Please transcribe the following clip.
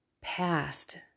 past